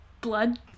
blood